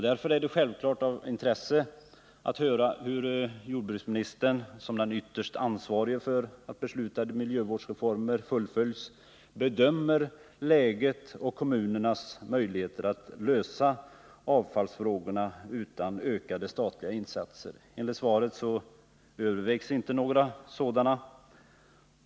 Därför är det självklart av intresse att höra hur jordbruksministern som den ytterst ansvarige för att beslutade miljövårdsreformer fullföljs bedömer läget och kommunernas möjligheter att lösa frågorna om avfallshanteringen utan ökade statliga insatser. Enligt svaret övervägs inte några sådana.